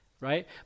right